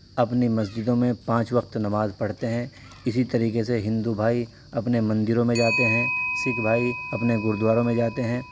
اپنی مسجدوں میں پانچ وقت نماز پڑھتے ہیں اسی طریقے سے ہندو بھائی اپنے مندروں میں جاتے ہیں سکھ بھائی اپنے گرو دواروں میں جاتے ہیں